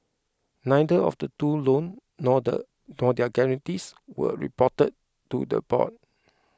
neither of the two loan nor the nor their guarantees were reported to the board